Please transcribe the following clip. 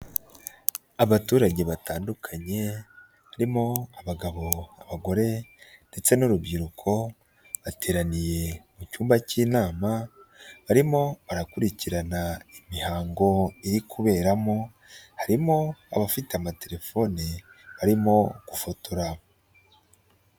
Abaturage batandukanye, barimo abagabo, abagore ndetse n'urubyiruko, bateraniye mu cyumba cy'inama, barimo barakurikirana imihango iri kuberamo, harimo abafite amatelefoni barimo gufotora.